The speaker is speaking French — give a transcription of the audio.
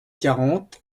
quarante